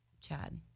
Chad